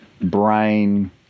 brain